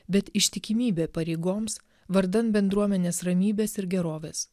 bet ištikimybė pareigoms vardan bendruomenės ramybės ir gerovės